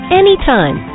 anytime